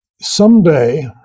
someday